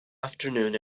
afternoon